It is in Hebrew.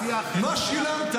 השיח --- מה שילמת?